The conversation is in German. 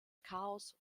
chaos